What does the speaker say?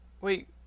wait